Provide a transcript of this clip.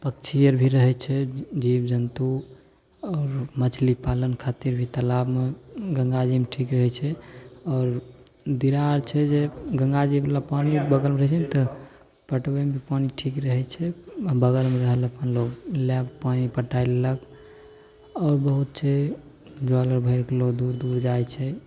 पक्षी आओर भी रहय छै जीव जन्तु आओर मछली पालन खातिर भी तालाबमे गंगाजीमे ठीक रहय छै आओर दीनार छै जे गंगाजीवला पानि बगलमे रहय छै नहि तऽ पटबयमे पानि ठीक रहय छै बगलमे लए कऽ पानि पटाय लेलक आओर बहुत छै जल आओर भरिकऽ लोक दूर दूर जाइ छै